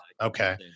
okay